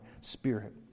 spirit